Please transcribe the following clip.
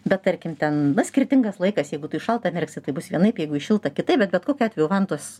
bet tarkim ten na skirtingas laikas jeigu tu į šaltą merksi tai bus vienaip jeigu į šiltą kitaip bet bet kokiu atveju vantos